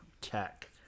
Tech